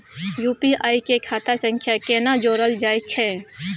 UPI के खाता सं केना जोरल जाए छै?